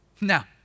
Now